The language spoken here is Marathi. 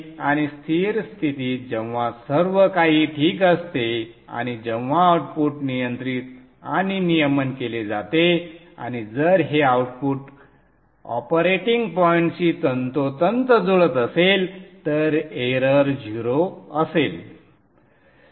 आणि स्थिर स्थितीत जेव्हा सर्व काही ठीक असते आणि जेव्हा आउटपुट नियंत्रित आणि नियमन केले जाते आणि जर हे आउटपुट ऑपरेटिंग पॉइंटशी तंतोतंत जुळत असेल तर एरर 0 असेल